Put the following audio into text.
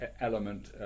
element